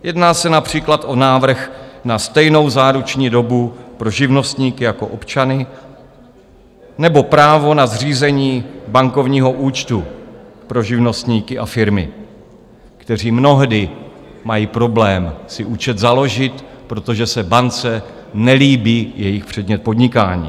Jedná se například o návrh na stejnou záruční dobu pro živnostníky jako občany nebo právo na zřízení bankovního účtu pro živnostníky a firmy, kteří mnohdy mají problém si účet založit, protože se bance nelíbí jejich předmět podnikání.